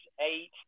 eight